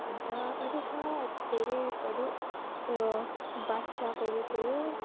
अन्त अझै छ धेरै अरू बादशाहको गीतहरू